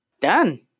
Done